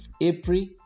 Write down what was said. April